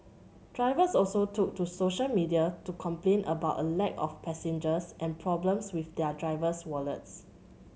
drivers also took to social media to complain about a lack of passengers and problems with their driver's wallets